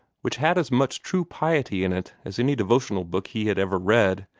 which had as much true piety in it as any devotional book he had ever read,